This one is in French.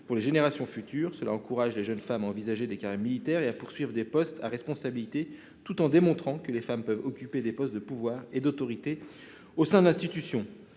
aux générations futures et encourage les jeunes femmes à envisager des carrières militaires et à exercer des postes à responsabilité. Il démontre également que les femmes peuvent occuper des postes de pouvoir et d'autorité au sein de ces institutions.